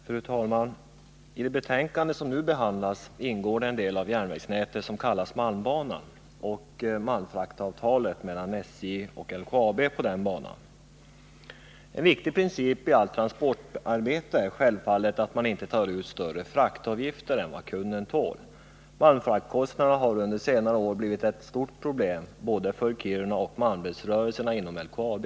Fru talman! I det betänkande som nu behandlas ingår frågor som gäller den del av järnvägsnätet som kallas malmbanan och fraktavtalet mellan SJ och LKAB på denna bana. En viktig princip i allt transportarbete är självfallet att man inte tar ut större fraktavgifter än vad kunden tål. Malmfraktkostnaderna har under senare år blivit ett stort problem både för Kiruna och för Malmbergsrörelserna inom LKAB.